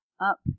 up